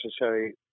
necessary